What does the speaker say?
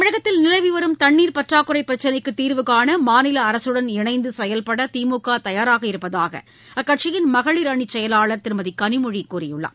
தமிழகத்தில் நிலவி வரும் தண்ணீர் பற்றாக்குறை பிரச்சினைக்கு தீர்வு காண மாநில அரசுடன் இனைந்து செயல்பட திமுக தயாராக இருப்பதாக அக்கட்சியின் மகளிரணி செயலாளர் திருமதி கனிமொழி கூறியுள்ளார்